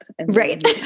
Right